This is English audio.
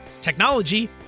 technology